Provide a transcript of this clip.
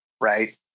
right